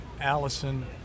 Allison